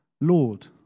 lord